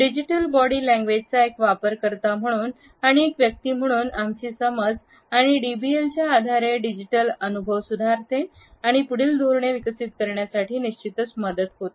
digital body लैंग्वेजचा एक वापरकर्ता म्हणून आणि एक व्यक्ती म्हणून आमची समज आणि डीबीएलच्या आधारे डिजिटल अनुभव सुधारते आणि पुढील धोरणे विकसित करण्यासाठी निश्चितच मदत होईल